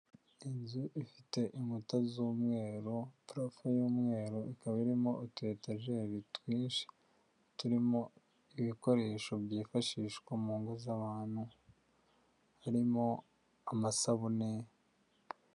Inzu ifite inkuta z'umweru, pulafo y'umweru, ikaba irimo utu etajeri twinshi turimo ibikoresho byifashishwa mu ngo z'abantu, harimo amasabune.